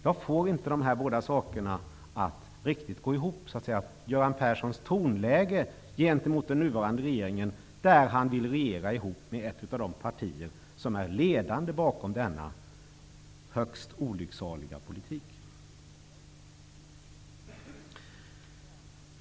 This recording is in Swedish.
Jag får inte de här båda sakerna att riktigt gå ihop; Göran Perssons tonläge gentemot den nuvarande regeringen och hans vilja att regera ihop med ett av de ledande partierna bakom denna högst olycksaliga politik.